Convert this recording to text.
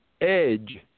edge